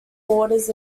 borders